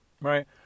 Right